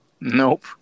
nope